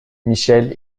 michel